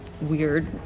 weird